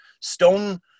Stone